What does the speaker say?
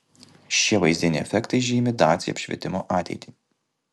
šie vaizdiniai efektai žymi dacia apšvietimo ateitį